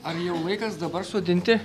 ar jau laikas dabar sodinti